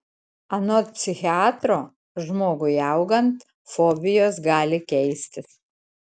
anot psichiatro žmogui augant fobijos gali keistis